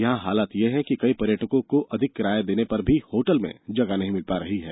यहां हालात यह है कि कई पर्यटकों को अधिक किराया देने पर भी होटल में जगह नहीं मिल पा रही है